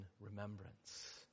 remembrance